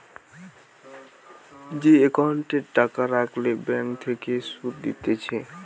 যে একাউন্টে টাকা রাখলে ব্যাঙ্ক থেকে সুধ দিতেছে